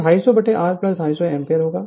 Refer Slide Time 2505 तो 250 R 250 ampere होगा